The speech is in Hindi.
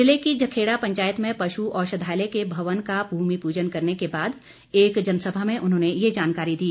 जिले की जखेड़ा पंचायत में पशु औषाधालय के भवन का भूमि पूजन करने के बाद एक जनसभा में उन्होंने ये जानकारी दी